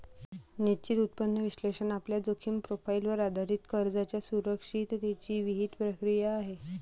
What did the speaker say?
निश्चित उत्पन्न विश्लेषण आपल्या जोखीम प्रोफाइलवर आधारित कर्जाच्या सुरक्षिततेची विहित प्रक्रिया आहे